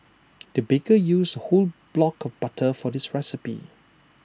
the baker used A whole block of butter for this recipe